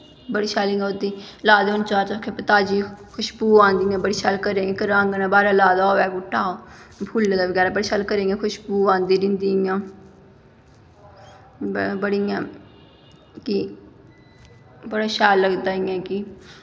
बड़े शैल इ'यां ओह्दे लाए दे होन चार चबक्खै ताज़ी खशबू आंदी इ'यां बड़ी शैल घरै घरै आंगनै दे बाह्रें लाए दा होऐ बूह्टा फुल्लें दा बगैरा बड़ा शैल घरें इ'यां खशबू आंदी रैंह्दी इ'यां बड़ी इ'यां कि बड़ा शैल लगदा इ'यां कि